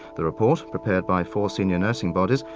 the report, prepared by four senior nursing bodies,